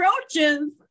roaches